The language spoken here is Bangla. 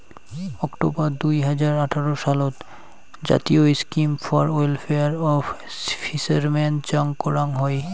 অক্টবর দুই হাজার আঠারো সালত জাতীয় scheme for welfare of fishermen চং করং হই